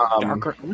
darker